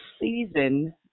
season